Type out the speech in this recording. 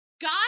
God